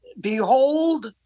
behold